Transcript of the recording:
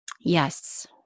Yes